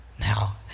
now